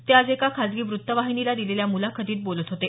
ते आज एका खाजगी व्त्त वाहिनीला दिलेल्या मुलाखतीत बोलत होते